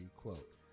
quote